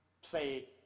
say